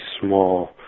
small